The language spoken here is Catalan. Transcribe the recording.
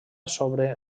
sobre